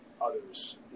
others